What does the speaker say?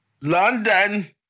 London